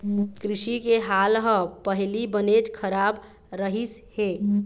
कृषि के हाल ह पहिली बनेच खराब रहिस हे